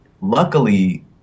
luckily